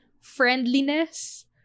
friendliness